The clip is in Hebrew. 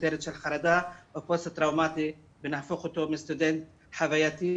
כותרת של חרדה או פוסט טראומטי ונהפוך אותו מסטודנט חווייתי,